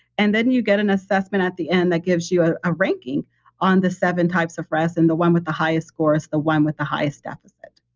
and then you get an assessment at the end that gives you a ah ranking on the seven types of rest, and the one with the highest score is the one with the highest deficit.